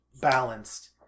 balanced